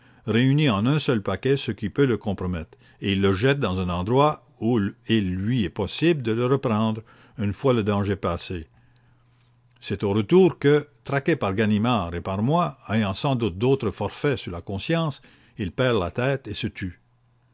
réuni en un seul paquet ce qui pouvait le compromettre et il le jeta dans un endroit où il lui était possible de le reprendre une fois le danger passé c'est au retour que traqué par ganimard et par moi ayant sans doute d'autres forfaits sur la conscience il perdit la tête et se tua